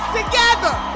together